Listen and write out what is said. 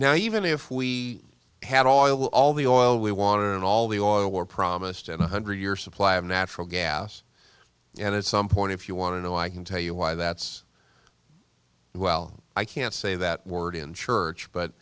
now even if we had all all the oil we won and all the oil were promised and one hundred year supply of natural gas and at some point if you want to know i can tell you why that's well i can't say that word in church but